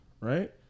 right